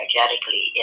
energetically